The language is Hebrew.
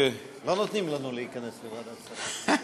לא נותנים לנו להיכנס לוועדת שרים.